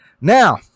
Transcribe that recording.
now